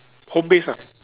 home based ah